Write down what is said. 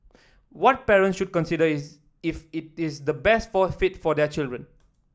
what parent should consider is if it is the best for fit for their children